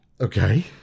Okay